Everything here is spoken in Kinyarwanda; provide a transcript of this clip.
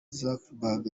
zuckerberg